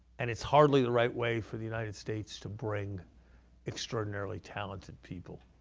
and it's hardly the right way for the united states to bring extraordinarily talented people